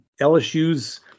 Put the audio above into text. LSU's